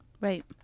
Right